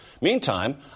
Meantime